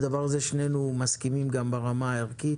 בדבר הזה שנינו מסכימים גם ברמה הערכית.